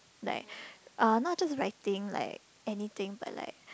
like uh not just writing like anything but like